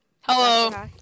Hello